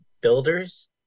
builders